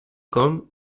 com